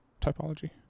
typology